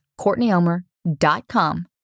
courtneyelmer.com